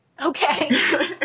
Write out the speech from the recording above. Okay